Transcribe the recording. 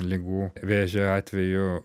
ligų vėžio atveju